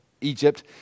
Egypt